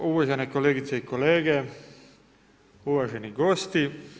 Uvažene kolegice i kolege, uvaženi gosti.